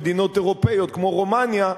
מבמדינות אירופיות כמו רומניה,